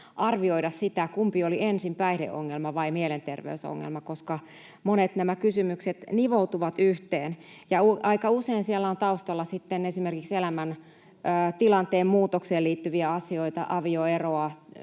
arvioida sitä, kumpi oli ensin, päihdeongelma vai mielenterveysongelma, koska monet nämä kysymykset nivoutuvat yhteen. Aika usein siellä on taustalla sitten esimerkiksi elämäntilanteen muutokseen liittyviä asioita — avioeroa,